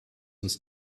uns